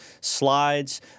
slides